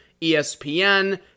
ESPN